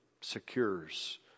secures